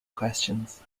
questions